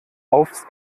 aufs